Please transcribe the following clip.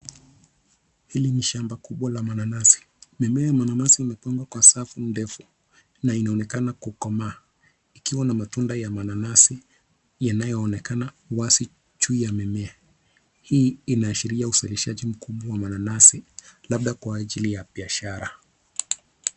Hili ni shamba kubwa la mananasi. Mimea ya mananasi imepangwa kwa safu ndefu na inaonekana kukomaa ikiwa na matunda ya mananasi yanayoonekana wazi juu ya mimea. Hii inaashiria uzaishaji mkubwa wa mananasi labda kwa ajili ya biashara.